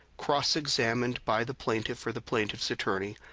cross-examined by the plaintiff or the plaintiff's attorney,